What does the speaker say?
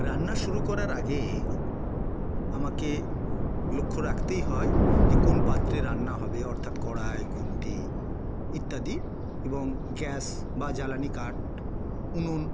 রান্না শুরু করার আগে আমাকে লক্ষ্য রাখতেই হয় যে কোন পাত্রে রান্না হবে অর্থাৎ কড়াই খুন্তি ইত্যাদি এবং গ্যাস বা জ্বালানি কাঠ উনুন